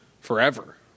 forever